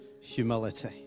humility